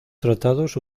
tratados